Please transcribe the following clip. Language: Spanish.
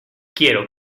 quiero